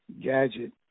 gadget